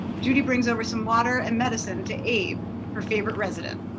judy brings over some water and medicine to abe, her favorite resident.